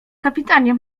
kapitanie